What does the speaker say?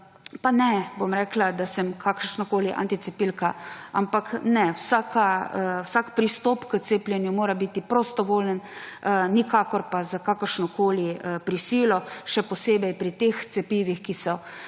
pa ne, da sem kakšna anticepilka, ampak vsak pristop k cepljenju mora biti prostovoljen, nikakor s kakršnokoli prisilo, še posebej pri teh cepivih, ki so